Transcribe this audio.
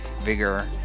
vigor